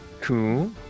Cool